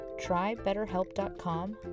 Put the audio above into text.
trybetterhelp.com